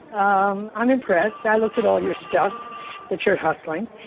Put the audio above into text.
um i'm impressed i looked at all your stuff that you're hustling.